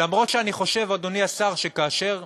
למרות שאני חושב, אדוני השר, שכאשר,